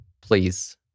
please